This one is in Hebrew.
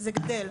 זה גדל.